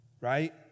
right